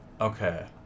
Okay